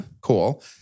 Cool